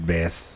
Beth